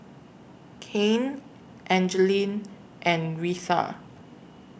Cain Angeline and Reatha